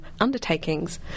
undertakings